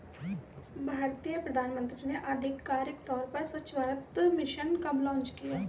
भारतीय प्रधानमंत्री ने आधिकारिक तौर पर स्वच्छ भारत मिशन कब लॉन्च किया?